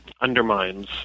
undermines